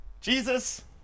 Jesus